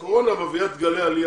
הקורונה מביאה את גלי העלייה.